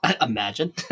imagine